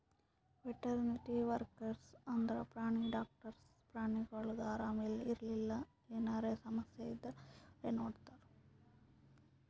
veterinary workers ಅಂದ್ರ ಪ್ರಾಣಿ doctors ಪ್ರಾಣಿಗೊಳಿಗ್ ಆರಾಮ್ ಇರ್ಲಿಲ್ಲ ಎನರೆ ಸಮಸ್ಯ ಇದ್ದೂರ್ ಇವ್ರೇ ನೋಡ್ತಾರ್